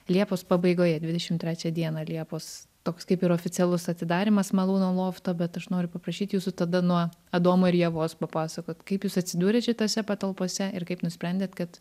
liepos pabaigoje dvidešim trečią dieną liepos toks kaip ir oficialus atidarymas malūno lofto bet aš noriu paprašyt jūsų tada nuo adomo ir ievos papasakot kaip jūs atsidūrėt šitose patalpose ir kaip nusprendėt kad